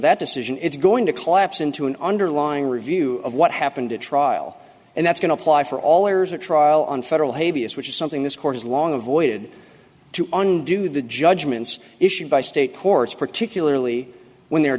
that decision it's going to collapse into an underlying review of what happened to trial and that's going to apply for all layers of trial on federal havey s which is something this court has long avoided to undo the judgments issued by state courts particularly when they're